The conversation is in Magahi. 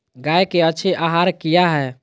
गाय के अच्छी आहार किया है?